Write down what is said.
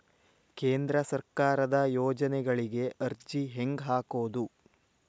ಕೇಂದ್ರ ಸರ್ಕಾರದ ಯೋಜನೆಗಳಿಗೆ ಅರ್ಜಿ ಹೆಂಗೆ ಹಾಕೋದು?